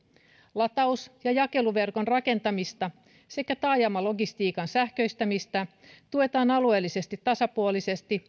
lataus ja jakeluverkon rakentamista sekä taajamalogistiikan sähköistämistä tuetaan alueellisesti tasapuolisesti